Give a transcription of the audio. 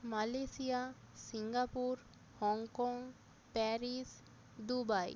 Malaysia Singapore Hong Kong Paris Dubai